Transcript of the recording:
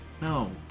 no